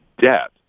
debt